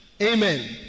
Amen